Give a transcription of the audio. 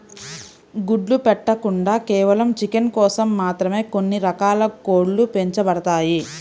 గుడ్లు పెట్టకుండా కేవలం చికెన్ కోసం మాత్రమే కొన్ని రకాల కోడ్లు పెంచబడతాయి